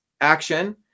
action